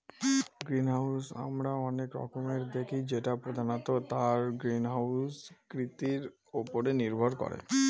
greenhouse আমরা অনেক রকমের দেখি যেটা প্রধানত তার গ্রিনহাউস কৃতির উপরে নির্ভর করে